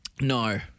No